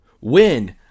win